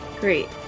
Great